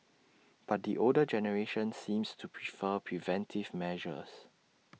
but the older generation seems to prefer preventive measures